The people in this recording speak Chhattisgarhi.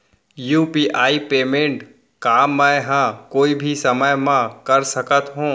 यू.पी.आई पेमेंट का मैं ह कोई भी समय म कर सकत हो?